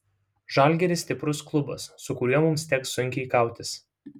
žalgiris stiprus klubas su kuriuo mums teks sunkiai kautis